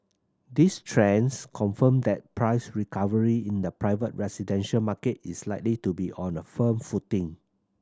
these trends confirm that price recovery in the private residential market is likely to be on a firm footing